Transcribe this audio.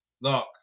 Look